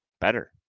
better